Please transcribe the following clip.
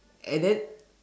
and then